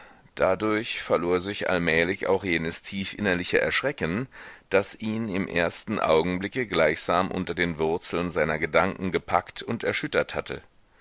dadurch verlor sich allmählig auch jenes tiefinnerliche erschrecken das ihn im ersten augenblicke gleichsam unter den wurzeln seiner gedanken gepackt und erschüttert hatte